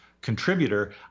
contributor